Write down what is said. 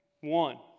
One